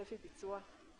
צפי ביצוע.